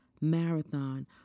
marathon